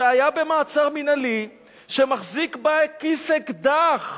שהיה במעצר מינהלי, שמחזיק בכיס אקדח,